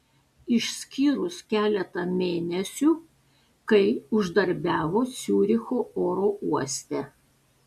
išskyrus keletą mėnesių kai uždarbiavo ciuricho oro uoste